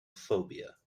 phobia